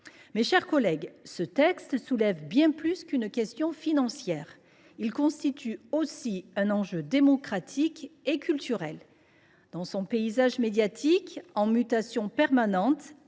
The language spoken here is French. Mes chers collègues, ce texte soulève bien plus qu’une question financière : il constitue un enjeu démocratique et culturel. Dans un paysage médiatique en mutation permanente,